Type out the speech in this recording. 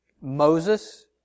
Moses